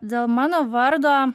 dėl mano vardo